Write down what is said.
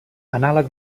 anàleg